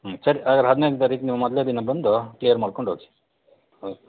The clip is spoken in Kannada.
ಹ್ಞೂ ಸರಿ ಹಾಗಾರೆ ಹದಿನೈದ್ನೇ ತಾರೀಕು ನೀವು ಮೊದಲೇ ದಿನ ಬಂದು ಕ್ಲಿಯರ್ ಮಾಡ್ಕೊಂಡೋಗಿ